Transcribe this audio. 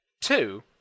two